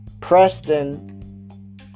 Preston